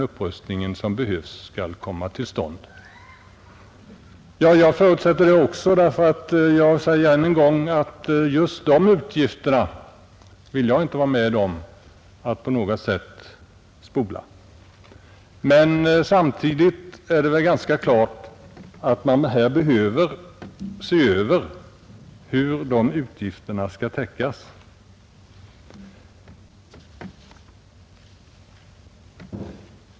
Inte heller jag vill på något sätt hejda denna upprustning, men samtidigt är det väl ganska klart att man behöver se över det sätt varpå upprustningen utgiftsmässigt skall täckas.